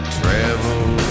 travel